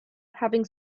having